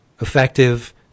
effective